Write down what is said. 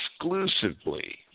exclusively